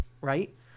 right